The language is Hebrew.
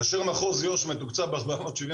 כאשר מחוז יו"ש מתוקצב בארבע מאות שבעים